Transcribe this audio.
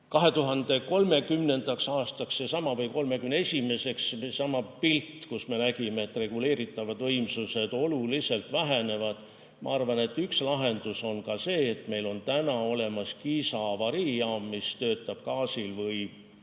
2031. aastaks on seesama pilt, kus me nägime, et reguleeritavad võimsused oluliselt vähenevad. Ma arvan, et üks lahendus on see, et meil on täna olemas Kiisa avariijaam, mis töötab gaasil või